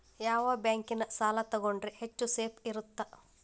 ಯಾವ ಬ್ಯಾಂಕಿನ ಸಾಲ ತಗೊಂಡ್ರೆ ಹೆಚ್ಚು ಸೇಫ್ ಇರುತ್ತಾ?